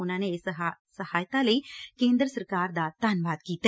ਉਨੂਾ ਨੇ ਇਸ ਸਹਾਇਤਾ ਲਈ ਕੇਂਦਰ ਸਰਕਾਰ ਦਾ ਧੰਨਵਾਦ ਕੀਤਾ